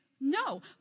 no